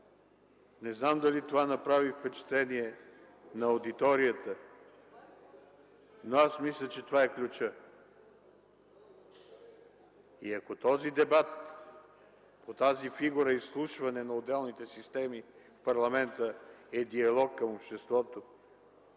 Не знам дали то направи впечатление на аудиторията, но аз мисля, че това е ключът. И ако този дебат по тази фигура – изслушване на отделните системи в парламента, е диалог към обществото,